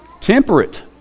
temperate